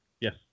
Yes